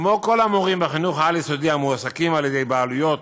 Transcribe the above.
כמו כל המורים בחינוך העל-יסודי המועסקים על-ידי בעלויות